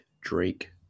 Drake